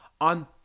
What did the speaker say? on